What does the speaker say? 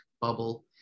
bubble